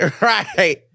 Right